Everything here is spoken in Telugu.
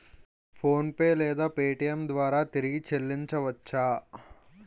ఫోన్పే లేదా పేటీఏం ద్వారా తిరిగి చల్లించవచ్చ?